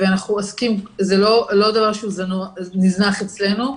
זה לא דבר שנזנח אצלנו,